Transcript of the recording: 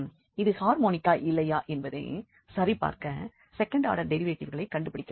இது ஹார்மோனிக்கா இல்லையா என்பதை சரிபார்க்க செகண்ட் ஆடர் டெரிவேட்டிவ்களை கண்டுபிடிக்க வேண்டும்